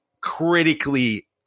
critically